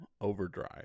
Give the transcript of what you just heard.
Overdrive